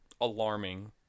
alarming